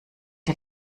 ihr